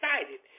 excited